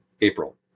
April